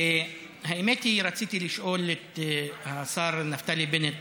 האמת היא, רציתי לשאול את השר נפתלי בנט